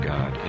God